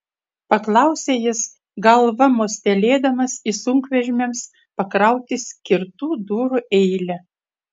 paklausė jis galva mostelėdamas į sunkvežimiams pakrauti skirtų durų eilę